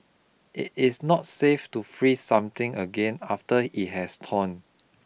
it is not safe to freeze something again after it has thawed